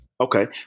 Okay